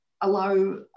allow